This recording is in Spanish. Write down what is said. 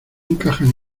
encajan